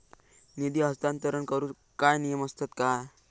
निधी हस्तांतरण करूक काय नियम असतत काय?